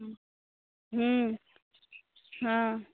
हूँ हूँ हँ